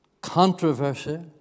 controversy